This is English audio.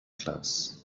class